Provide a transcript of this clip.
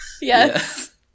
Yes